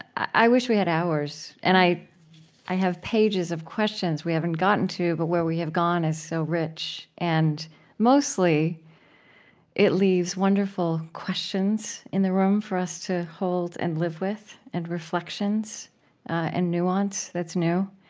i wish we had hours and i i have pages of questions we haven't gotten to but where we have gone is so rich. and mostly it leaves wonderful questions in the room for us to hold and live with and reflections and nuance, that's new.